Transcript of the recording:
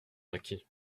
acquis